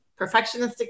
perfectionistic